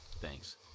Thanks